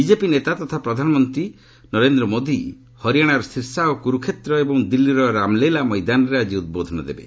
BJP ନେତା ତଥା ପ୍ରଧାନମନ୍ତ୍ରୀ ହରିୟାଣାର ଶୀର୍ଷା ଓ କୁରୁକ୍ଷେତ୍ର ଏବଂ ଦିଲ୍ଲୀର ରାମଲୀଳା ମୈଦାନରେ ଆକି ଉଦ୍ବୋଧନ ଦେବେ